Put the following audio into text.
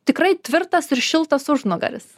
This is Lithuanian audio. tikrai tvirtas ir šiltas užnugaris